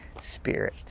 Spirit